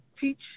teach